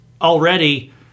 already